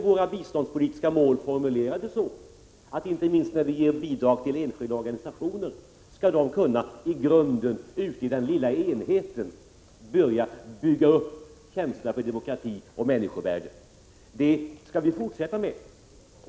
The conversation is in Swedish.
Våra biståndspolitiska mål är ju formulerade så att man inte minst genom bidragen till enskilda organisationer skall kunna i grunden och ute i den lilla enheten börja bygga upp en känsla för demokrati och människovärde. Den inriktningen skall vi fortsätta med.